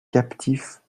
captif